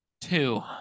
two